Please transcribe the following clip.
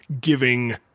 giving